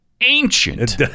ancient